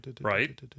Right